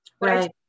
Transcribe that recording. Right